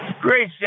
Great